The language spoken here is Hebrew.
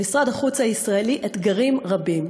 למשרד החוץ הישראלי אתגרים רבים.